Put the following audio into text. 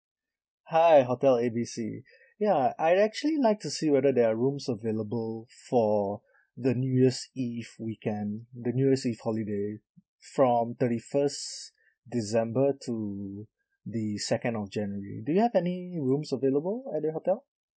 hi hotel A B C ya I'd actually like to see whether there are rooms available for the new year's eve weekend the new year's eve holiday from thirty first december to the second of january do you have any rooms available at the hotel